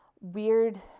weird